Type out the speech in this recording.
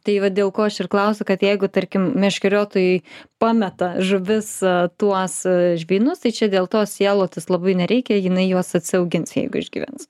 tai va dėl ko aš ir klausiu kad jeigu tarkim meškeriotojai pameta žuvis tuos žvynus tai čia dėl to sielotis labai nereikia jinai juos atsiauginsi jeigu išgyvens